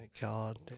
god